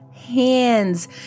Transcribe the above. hands